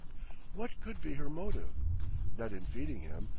what could be her motive not in feeding him,